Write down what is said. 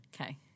Okay